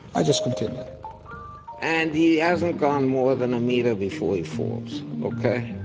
i just continued and he hasn't gone more than a meter before he falls, ok?